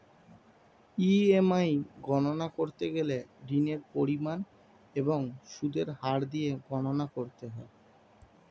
EMI গণনা করতে গেলে ঋণের পরিমাণ এবং সুদের হার দিয়ে গণনা করতে হয়